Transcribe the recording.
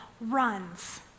runs